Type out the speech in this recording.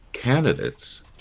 candidates